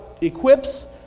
equips